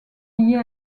liées